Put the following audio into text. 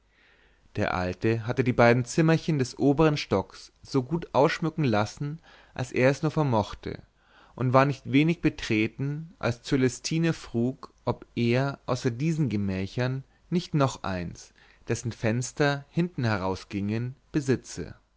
der alte hatte die beiden zimmerchen des obern stocks so gut ausschmücken lassen als er es nur vermochte und war nicht wenig betreten als cölestine frug ob er außer diesen gemächern nicht noch eins dessen fenster hintenheraus gingen besitze